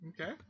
Okay